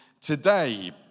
today